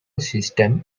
system